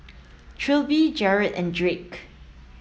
Trilby Jered and Drake